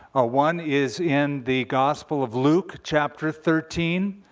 ah one is in the gospel of luke, chapter thirteen,